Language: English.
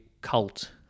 cult